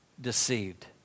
deceived